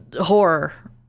horror